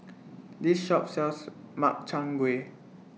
This Shop sells Makchang Gui